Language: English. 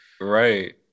right